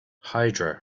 hydra